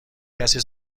کسی